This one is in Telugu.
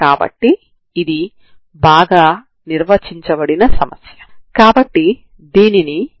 ఇప్పుడు మనం ఈ వర్గీకరణలను ఉపయోగించుకుంటాము